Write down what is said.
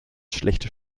schlechte